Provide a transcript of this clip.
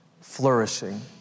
flourishing